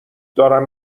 دارم